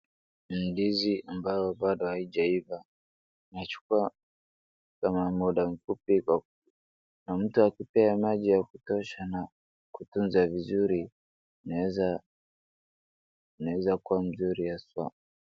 Ni ndizi ambayo bado haijaiva. Inachukua kama muda mfupi. Mtu akipea maji ya kutosha na kutunza vizuri inaeza kuwa mzuri haswa.